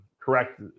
correct